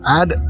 add